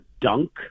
dunk